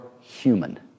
human